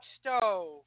Stove